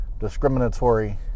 discriminatory